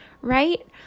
right